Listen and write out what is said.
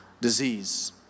disease